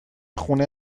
خونه